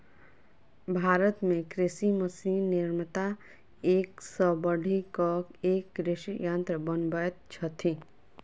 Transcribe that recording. भारत मे कृषि मशीन निर्माता एक सॅ बढ़ि क एक कृषि यंत्र बनबैत छथि